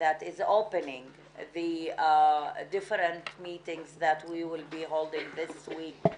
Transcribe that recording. כל כך שפותח את הישיבות הבאות שיהיו לנו כאן בשבוע